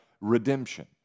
redemption